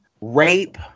rape